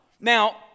Now